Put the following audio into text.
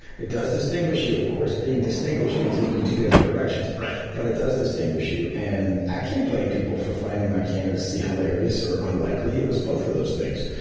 it does distinguish you. of course, being distinguished can take you two different directions, but it does distinguish you. and i can't blame people for finding my candidacy hilarious or unlikely, it was both of those things,